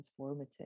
transformative